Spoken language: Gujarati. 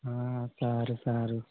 હા સારું સારું